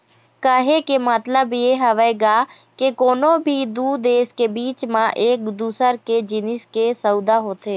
कहे के मतलब ये हवय गा के कोनो भी दू देश के बीच म एक दूसर के जिनिस के सउदा होथे